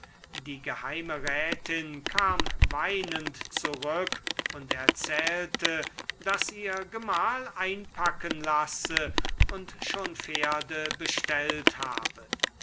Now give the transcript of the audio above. die geheimerätin kam weinend zurück und erzählte daß ihr gemahl einpacken lasse und schon pferde bestellt habe